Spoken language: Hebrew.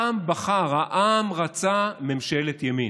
העם בחר, העם רצה ממשלת ימין.